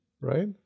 right